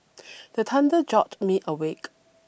the thunder jolt me awake